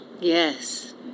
Yes